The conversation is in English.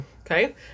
Okay